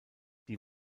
die